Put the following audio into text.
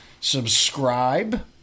subscribe